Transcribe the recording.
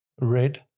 Red